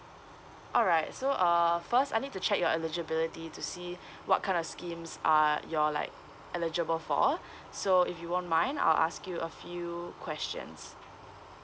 alright so uh first I need to check your eligibility to see what kind of schemes uh you're like eligible for so if you won't mind I'll ask you a few questions